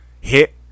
hit